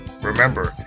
Remember